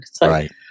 Right